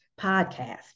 podcast